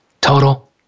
Total